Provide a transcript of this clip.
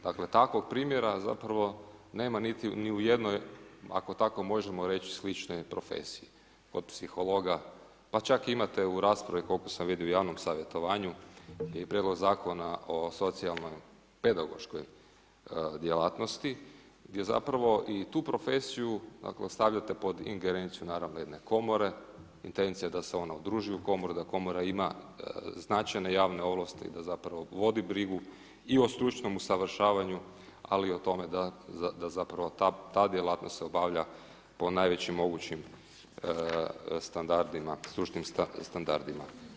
Dakle takvog primjera zapravo nema ni u jednoj, ako tako možemo reći sličnoj profesiji, od psihologa, pa čak imate u raspravi koliko sam vidio u javnom savjetovanju i prijedlog Zakona o socijalnoj pedagoškoj djelatnosti gdje zapravo i tu profesiju ako stavljate pod ingerenciju naravno jedne komore, intencija je da se ona udruži u komoru da komora ima značajne javne ovlasti da zapravo vodi brigu i o stručnom usavršavanju ali i o tome da zapravo ta djelatnost se obavlja po najvećim mogućim standardima, stručnim standardima.